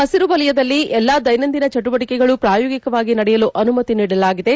ಹಸಿರು ವಲಯದಲ್ಲಿ ಎಲ್ಲಾ ದೈನಂದಿನ ಚಟುವಟಿಕೆಗಳು ಪ್ರಾಯೋಗಿಕವಾಗಿ ನಡೆಯಲು ಅನುಮತಿ ನೀಡಲಾಗಿದೆ